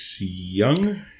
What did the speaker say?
young